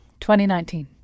2019